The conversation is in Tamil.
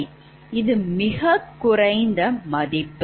இது மிகக் குறைந்த மதிப்பு